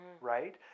right